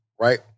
Right